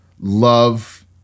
love